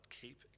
keep